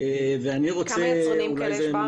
כמה יצרנים כאלה יש?